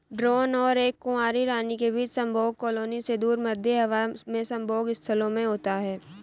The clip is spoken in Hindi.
ड्रोन और एक कुंवारी रानी के बीच संभोग कॉलोनी से दूर, मध्य हवा में संभोग स्थलों में होता है